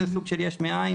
זה סוג של יש מאין,